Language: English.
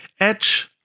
edge,